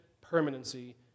permanency